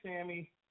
Sammy